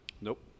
Nope